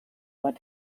what